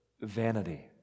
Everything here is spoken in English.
vanity